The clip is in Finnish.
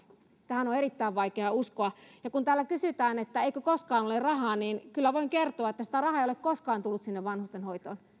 tähän on on erittäin vaikea uskoa ja kun täällä kysytään että eikö koskaan ole rahaa niin kyllä voin kertoa että sitä rahaa ei ole koskaan tullut sinne vanhustenhoitoon